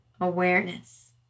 awareness